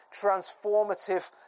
transformative